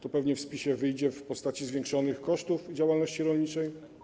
To pewnie w spisie wyjdzie w postaci zwiększonych kosztów działalności rolniczej.